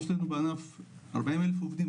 יש לנו בענף 40 אלף עובדים,